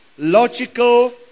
logical